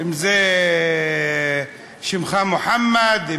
אם שמך מוחמד,